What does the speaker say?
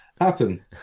happen